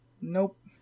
nope